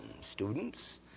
students